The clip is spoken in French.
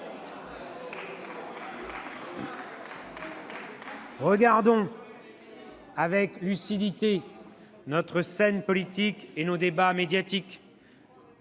avec lucidité notre scène politique et nos débats médiatiques.